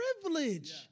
privilege